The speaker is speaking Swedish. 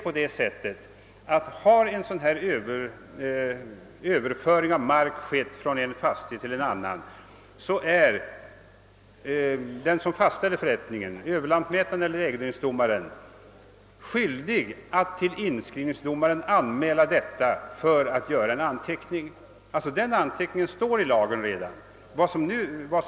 Men om en överföring av mark har skett från en fastighet till en annan, så är den person som fastställer förrättningen, överlantmätaren eller ägodelningsdomaren, skyldig att till inskrivningsdomaren anmäla detta för att anteckning skall kunna göras. Det står sålunda redan i lagen att sådan anteckning skall verkställas.